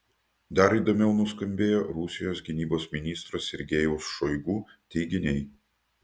dar įdomiau nuskambėjo rusijos gynybos ministro sergejaus šoigu teiginiai